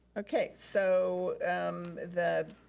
okay, so um the,